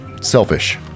selfish